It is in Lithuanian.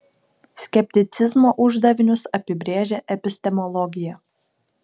skepticizmo uždavinius apibrėžia epistemologija